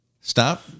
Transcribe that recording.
stop